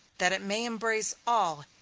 that it may embrace all,